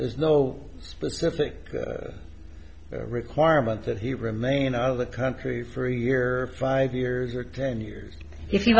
there is no specific requirement that he remain out of the country for a year five years or ten years if you